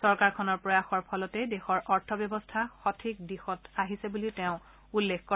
চৰকাৰখনৰ প্ৰয়াসৰ ফলতেই দেশৰ অৰ্থব্যৱস্থা সঠিক দিশত আহিছে বুলি তেওঁ উল্লেখ কৰে